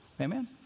Amen